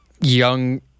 young